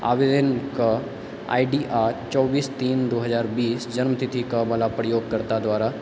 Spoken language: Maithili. आवेदनके आइ डी आर चौबीस तीन दू हजार बीस जन्मतिथिवला प्रयोगकर्ता द्वारा